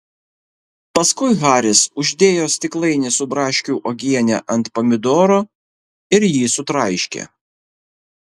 paskui haris uždėjo stiklainį su braškių uogiene ant pomidoro ir jį sutraiškė